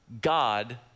God